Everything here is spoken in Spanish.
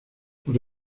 por